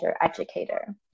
educator